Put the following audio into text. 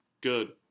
good